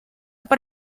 per